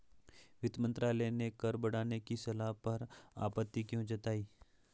वित्त मंत्रालय ने कर बढ़ाने की सलाह पर आपत्ति क्यों जताई?